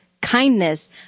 kindness